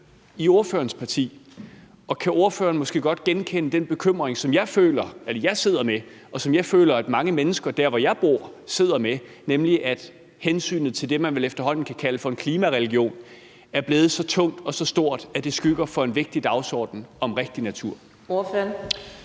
i ordførerens parti? Kan ordføreren måske godt genkende den bekymring, som jeg føler at jeg sidder med, og som jeg føler at mange mennesker der, hvor jeg bor, sidder med, nemlig at hensynet til det, man vel efterhånden kan kalde for en klimareligion, er blevet så tungt og så stort, at det skygger for en vigtig dagsorden om rigtig natur? Kl.